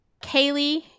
Kaylee